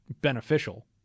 beneficial